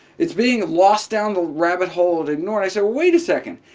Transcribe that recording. it's being lost down the rabbit hole and ignored. i said, wait a second.